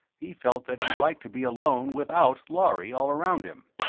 he felt that he'd like to be alone without lhari all around him.